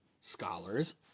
scholars